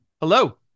Hello